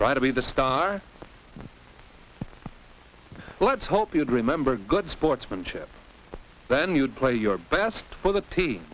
try to be the star let's hope you'd remember good sportsmanship then you'd play your best for the team